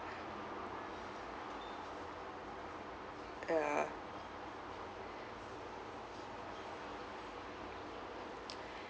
yah